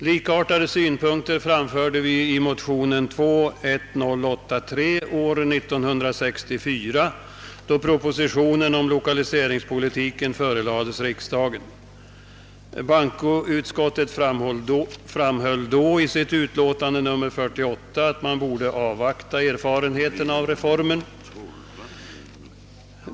Likartade synpunkter framförde vi i motionen II: 1083 år 1964, då propositionen om lokaliseringspolitiken förelades riksdagen. Bankoutskottet framhöll då, i sitt utlåtande nr 48, att man borde avvakta erfarenheterna av reformen.